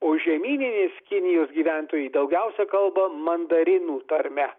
o žemyninės kinijos gyventojai daugiausia kalba mandarinų tarme